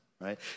Right